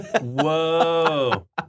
Whoa